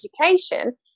education